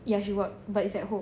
yes she work but it's at home